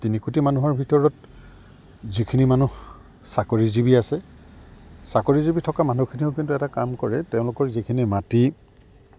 তিনিকোটি মানুহৰ ভিতৰত যিখিনি মানুহ চাকৰিজীৱি আছে চাকৰিজীৱি থকা মানুহখিনিও কিন্তু এটা কাম কৰে তেওঁলোকৰ যিখিনি মাটি